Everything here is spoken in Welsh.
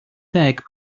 deg